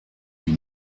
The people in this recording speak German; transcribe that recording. die